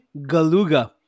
galuga